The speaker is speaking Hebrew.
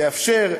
יאפשר,